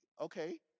okay